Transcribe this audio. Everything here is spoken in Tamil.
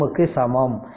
007Ω க்கு சமம்